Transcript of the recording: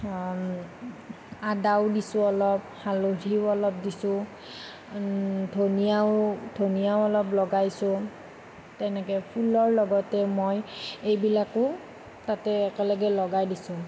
আদাও দিছোঁ অলপ হালধিও অলপ দিছোঁ ধনিয়াও ধনিয়াও অলপ লগাইছোঁ তেনেকে ফুলৰ লগতে মই এইবিলাকো তাতে একেলগতে লগাই দিছোঁ